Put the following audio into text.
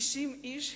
90 איש,